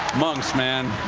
monks, man.